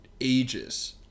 ages